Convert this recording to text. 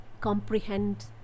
comprehend